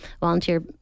volunteer